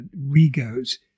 regos